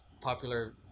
popular